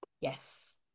Yes